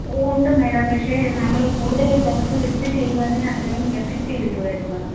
ഉണ്ട് മേഡം പക്ഷേ നമ്മൾ കൂടുതൽ ദിവസം എടുത്ത് ചെയ്യുവാണേൽ അത്രേം എഫെക്റ്റ് കിട്ടുവായിരുന്നു